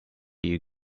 you